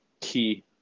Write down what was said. key